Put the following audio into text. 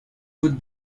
côte